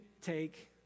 take